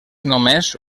només